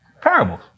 Parables